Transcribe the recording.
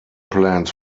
plans